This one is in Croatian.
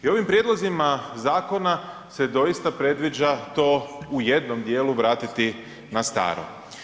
I ovim prijedlozima zakona se doista predviđa to u jednom dijelu vratiti na staro.